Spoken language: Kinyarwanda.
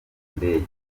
ndege